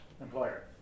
employer